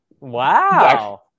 Wow